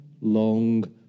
long